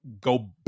go